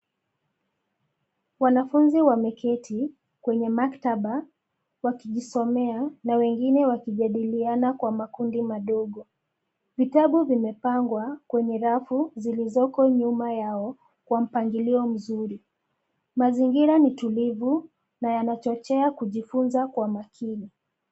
Wanafunzi wameketi kwenye maktaba wakijisomea na wengine wakijadiliana kwa makundi madogo. Vitabu vimepangwa kwenye rafu zilizoko nyuma yao kwa mpangilio mzuri. Mazingira ni tulivu na yanachochea kujifunza kwa makini.